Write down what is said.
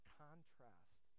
contrast